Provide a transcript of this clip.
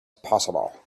possible